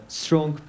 strong